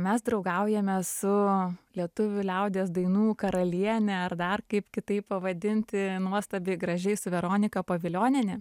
mes draugaujame su lietuvių liaudies dainų karaliene ar dar kaip kitaip pavadinti nuostabiai gražiai su veronika povilioniene